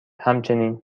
همچنین